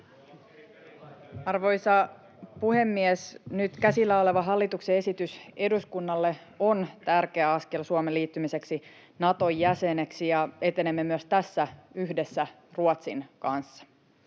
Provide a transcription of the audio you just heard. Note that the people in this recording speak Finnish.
Arvoisa puhemies! Nyt käsillä oleva hallituksen esitys eduskunnalle on tärkeä askel Suomen liittymiseksi Naton jäseneksi, ja etenemme myös tässä yhdessä Ruotsin kanssa.